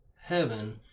heaven